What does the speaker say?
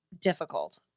difficult